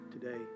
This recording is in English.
today